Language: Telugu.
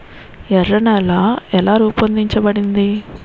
ఎర్ర నేల ఎలా రూపొందించబడింది?